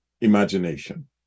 Imagination